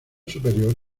superior